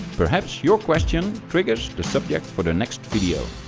perhaps your question triggers the subject for the next video